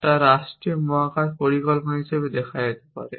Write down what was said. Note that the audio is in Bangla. তা রাষ্ট্রীয় মহাকাশ পরিকল্পনা হিসাবে দেখা যেতে পারে